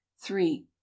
three